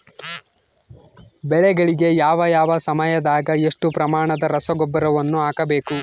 ಬೆಳೆಗಳಿಗೆ ಯಾವ ಯಾವ ಸಮಯದಾಗ ಎಷ್ಟು ಪ್ರಮಾಣದ ರಸಗೊಬ್ಬರವನ್ನು ಹಾಕಬೇಕು?